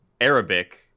Arabic